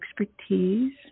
expertise